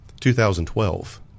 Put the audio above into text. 2012